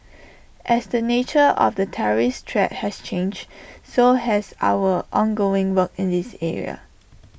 as the nature of the terrorist threat has changed so has our ongoing work in this area